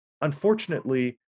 Unfortunately